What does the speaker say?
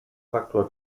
faktor